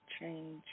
change